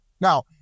now